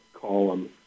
column